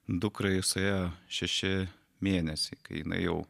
dukrai suėjo šeši mėnesiai kai jinai jau